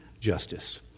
justice